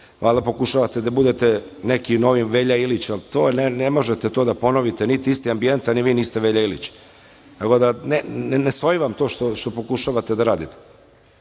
Valjda pokušavate da budete neki novi Velja Ilić, ali to ne možete to da ponovite, niti je isti ambijent, a i vi niste Velja Ilić. Ne stoji vam to što pokušavate da radite. Bilo